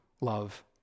love